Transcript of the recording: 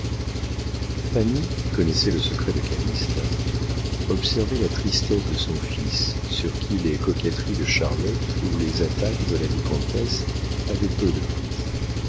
qui connaissait le secret de calyste observait la tristesse de son fils sur qui les coquetteries de charlotte ou les attaques de la vicomtesse avaient peu de prise